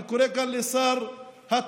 אני קורא כאן לשר התיירות,